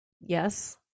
yes